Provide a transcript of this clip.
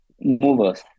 movers